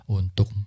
untuk